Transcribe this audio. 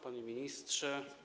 Panie Ministrze!